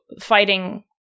fighting